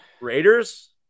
Raiders